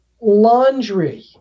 laundry